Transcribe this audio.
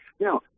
Now